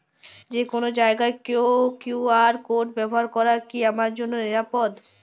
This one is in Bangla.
যে কোনো জায়গার কিউ.আর কোড ব্যবহার করা কি আমার জন্য নিরাপদ?